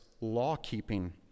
law-keeping